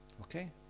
Okay